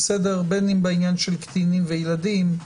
בין אם בעניין של קטינים וילדים,